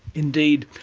indeed.